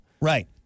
Right